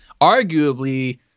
arguably